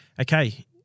okay